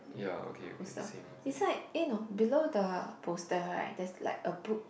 poster beside eh no below the poster right there's like a book